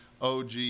OG